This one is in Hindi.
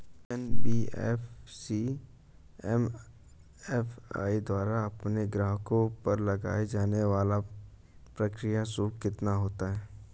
एन.बी.एफ.सी एम.एफ.आई द्वारा अपने ग्राहकों पर लगाए जाने वाला प्रक्रिया शुल्क कितना होता है?